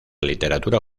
literatura